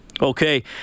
Okay